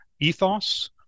ethos